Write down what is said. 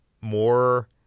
more